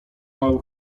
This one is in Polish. mały